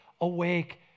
awake